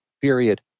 period